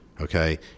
Okay